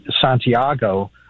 Santiago